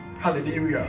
hallelujah